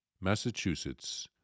Massachusetts